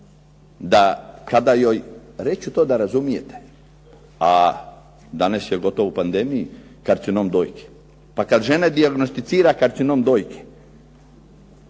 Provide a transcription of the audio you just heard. da kada joj, reći ću to da razumijete, a danas je gotovo u pandemiji karcinom dojke, pa kad žena dijagnosticira karcinom dojke